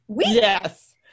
Yes